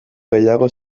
gehiago